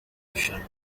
rushanwa